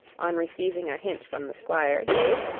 on receiving a hint from the squire, gave,